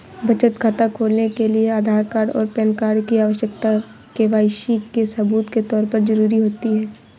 बचत खाता खोलने के लिए आधार कार्ड और पैन कार्ड की आवश्यकता के.वाई.सी के सबूत के तौर पर ज़रूरी होती है